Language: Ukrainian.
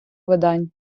видань